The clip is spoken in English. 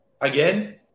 Again